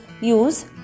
use